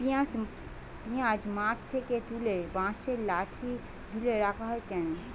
পিঁয়াজ মাঠ থেকে তুলে বাঁশের লাঠি ঝুলিয়ে রাখা হয় কেন?